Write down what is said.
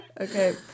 Okay